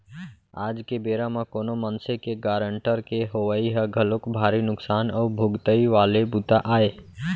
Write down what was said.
आज के बेरा म कोनो मनसे के गारंटर के होवई ह घलोक भारी नुकसान अउ भुगतई वाले बूता आय